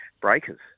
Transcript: Breakers